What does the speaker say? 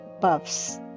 buffs